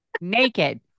Naked